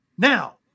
Now